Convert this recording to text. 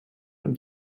und